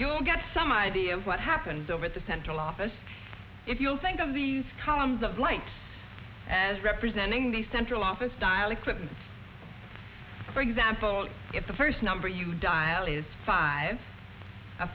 you'll get some idea of what happens over the central office if you'll think of these columns of light as representing the central office dial equipment for example if the first number you dial five